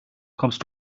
kommst